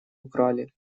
украли